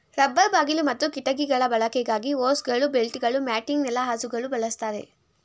rubber ಬಾಗಿಲು ಮತ್ತು ಕಿಟಕಿಗಳ ಬಳಕೆಗಾಗಿ ಹೋಸ್ಗಳು ಬೆಲ್ಟ್ಗಳು ಮ್ಯಾಟಿಂಗ್ ನೆಲಹಾಸುಗಾಗಿ ಬಳಸ್ತಾರೆ